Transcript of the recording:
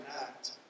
act